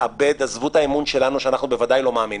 חבר'ה, לא בוער כלום ואנחנו לא בורחים